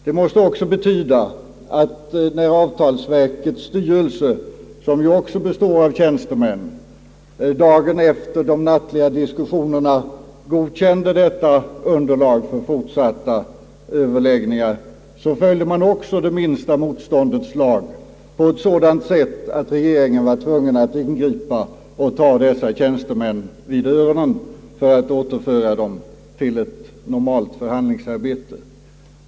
Det måste även betyda att när avtalsverkets styrelse, som ju också består av tjänstemän, dagen efter de nattliga diskussionerna godkände detta underlag för fortsatta överläggningar, den också följde minsta motståndets lag på ett sådant sätt att regeringen var tvungen att ingripa och ta dessa tjänstemän vid öronen för att återföra dem till ett normalt förhandlingsarbete.